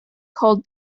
called